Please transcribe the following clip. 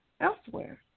elsewhere